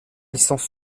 licence